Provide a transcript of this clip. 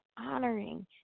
honoring